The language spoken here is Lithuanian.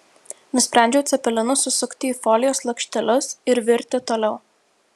nusprendžiau cepelinus susukti į folijos lakštelius ir virti toliau